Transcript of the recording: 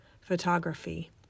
photography